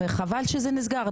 חבל שזה נסגר,